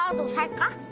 ah will take ah